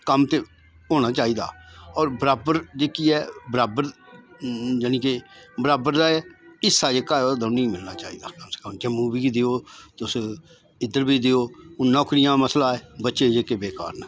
कम्म ते होना चाहिदा होर बराबर जेहकी ऐ बराबर जानि के बराबर दा ऐ हिस्सा जेहका ओह् दौनें गी मिलना चाहिदा कम से कम जम्मू गी देओ तुस इद्धर बी देओ हून नौकरियें दा मसला ऐ बच्चे जेह्के बेकार न